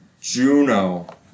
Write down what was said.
Juno